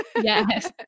Yes